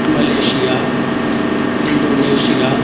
Malaysia Indonesia